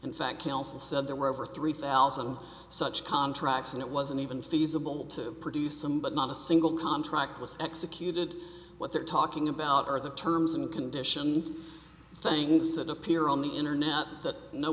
also said there were over three thousand such contracts and it wasn't even feasible to produce some but not a single contract was executed what they're talking about are the terms and conditions things that appear on the internet that no